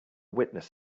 witness